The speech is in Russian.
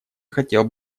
хотел